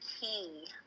key